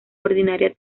ordinaria